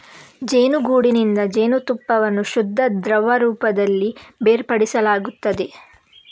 ಜೇನುಗೂಡಿನಿಂದ ಜೇನುತುಪ್ಪವನ್ನು ಶುದ್ಧ ದ್ರವ ರೂಪದಲ್ಲಿ ಬೇರ್ಪಡಿಸಲಾಗುತ್ತದೆ